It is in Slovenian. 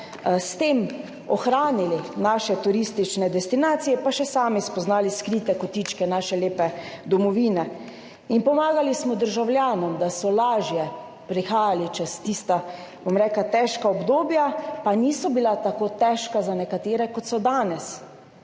s tem ohranili naše turistične destinacije, pa še sami spoznali skrite kotičke naše lepe domovine, in pomagali smo državljanom, da so lažje prišli čez tista težka obdobja, pa za nekatere niso bila tako težka, kot so danes,